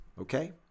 Okay